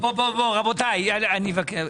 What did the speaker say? רבותיי, אני מבקש.